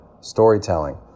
storytelling